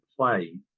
play